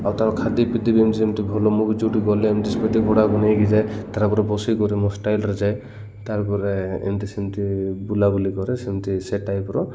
ଆଉ ତାର ଖାଦ୍ୟପେୟ ବି ଏମିତି ସେମିତି ଭଲ ମୁ ବି ଯେଉଁଠି ଗଲେ ଏମତି ସ୍ପିଟି ଘୋଡ଼ାକୁ ନେଇକି ଯାଏ ତା'ପରେ ବସିକରି ମୋ ଷ୍ଟାଇଲରେ ଯାଏ ତାପରେ ଏମିତି ସେମିତି ବୁଲାବୁଲି କରେ ସେମିତି ସେ ଟାଇପର